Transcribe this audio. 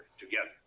together